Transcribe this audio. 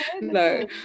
no